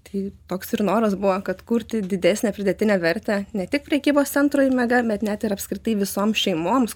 tai toks ir noras buvo kad kurti didesnę pridėtinę vertę ne tik prekybos centrui mega bet net ir apskritai visom šeimoms